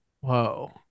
Whoa